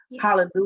Hallelujah